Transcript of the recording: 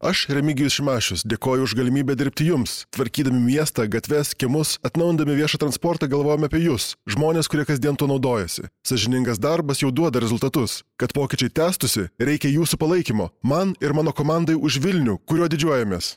aš remigijus šimašius dėkoju už galimybę dirbti jums tvarkydami miestą gatves kiemus atnaujindami viešą transportą galvojam apie jus žmones kurie kasdien naudojasi sąžiningas darbas jau duoda rezultatus kad pokyčiai tęstųsi reikia jūsų palaikymo man ir mano komandai už vilnių kuriuo didžiuojamės